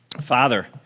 Father